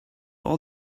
all